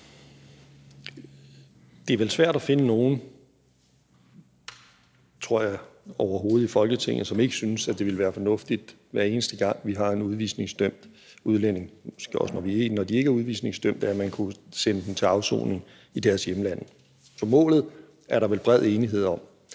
Det er vel svært at finde nogen overhovedet, tror jeg, i Folketinget, som ikke synes, at det ville være fornuftigt, at hver eneste gang vi har en udvisningsdømt udlænding – måske også, når de ikke er udvisningsdømte – kunne man sende dem til afsoning i deres hjemlande, for målet er der vel bred enighed om.